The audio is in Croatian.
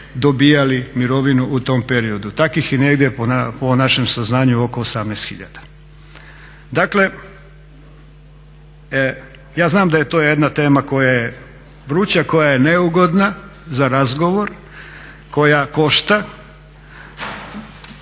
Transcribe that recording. dobivali mirovinu u tom periodu. Takvih je negdje po našem saznanju oko 18 hiljada. Dakle ja znam da je to jedna tema koja je vruća, koja je neugodna za razgovor, koja košta